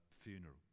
funeral